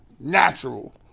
natural